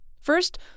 First